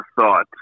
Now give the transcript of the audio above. thought